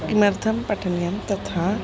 किमर्थं पठनीयं तथा